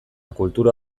kultura